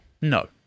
No